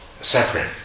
separate